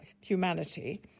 humanity